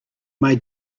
may